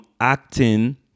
acting